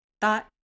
Thought